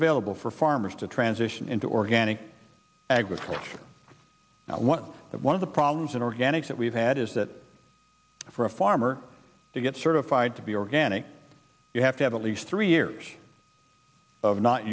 available for farmers to transition into organic agriculture one that one of the problems in organics that we've had is that for a farmer to get certified to be organic you have to have at least three years of not